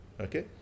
Okay